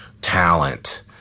talent